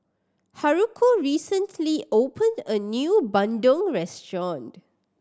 Haruko recently opened a new bandung restaurant